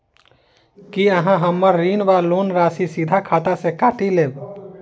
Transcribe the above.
की अहाँ हम्मर ऋण वा लोन राशि सीधा खाता सँ काटि लेबऽ?